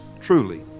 Truly